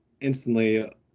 instantly